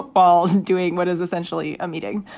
balls and doing what is essentially a meeting.